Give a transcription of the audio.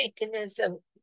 mechanism